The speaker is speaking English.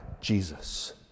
Jesus